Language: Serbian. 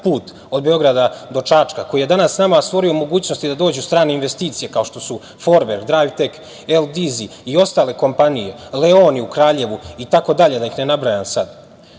put od Beograda do Čačka koji je danas nama stvorio mogućnosti da dođu strane investicije kao što su Forverk drajvtek, Eldizi i ostale kompanije, Leoni u Kraljevu i tako dalje, da ih ne nabrajam sad.